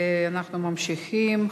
אנחנו ממשיכים.